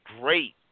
great